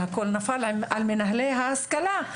והכול נפל על מנהלי ההשכלה.